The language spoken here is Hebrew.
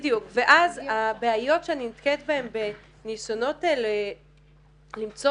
ואז הבעיות שאני נתקלת בהם בניסיונות האלה למצוא